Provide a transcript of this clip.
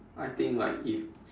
I think like if